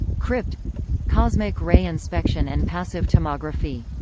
cript cosmic ray inspection and passive tomography